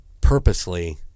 purposely